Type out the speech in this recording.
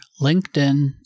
LinkedIn